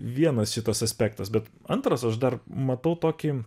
vienas šitas aspektas bet antras aš dar matau tokį